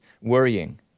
Worrying